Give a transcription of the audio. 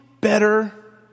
better